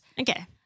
Okay